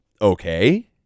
okay